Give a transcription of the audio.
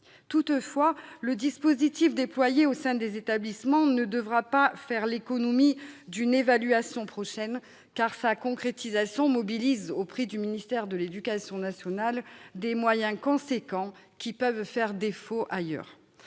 Toutefois, le dispositif déployé au sein des établissements ne devra pas faire l'économie d'une évaluation prochaine, car sa concrétisation mobilise, au sein du ministère de l'éducation nationale, des moyens importants qui peuvent faire défaut ailleurs.